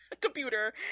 computer